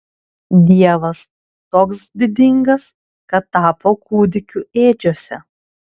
dievas toks didingas kad tapo kūdikiu ėdžiose